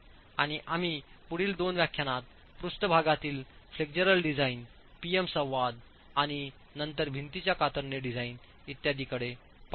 आणि आम्ही पुढील दोन व्याख्यानात पृष्ठभागतील फ्लेक्चरल डिझाइन P M संवाद आणि नंतर भिंतीच्या कातरणे डिझाइन इत्यादीकडे पाहू